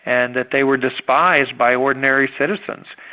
and that they were despised by ordinary citizens.